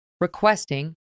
requesting